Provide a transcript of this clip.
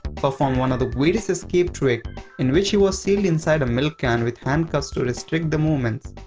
performed one of the greatest escape trick in which he was sealed inside a milk can with handcuffs to restrict the moments.